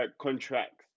contracts